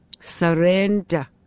Surrender